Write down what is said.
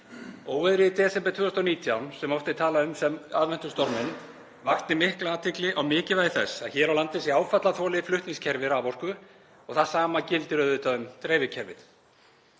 Óveðrið í desember 2019, sem oft er talað um sem aðventustorminn, vakti mikla athygli á mikilvægi þess að hér á landi sé áfallaþolið flutningskerfi raforku og það sama gildir auðvitað um dreifikerfið.